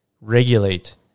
regulate